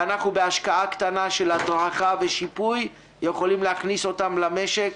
ואנחנו בהשקעה קטנה של הדרכה ושיפוי יכולים להכניס אותם למשק,